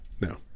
No